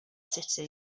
city